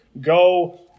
go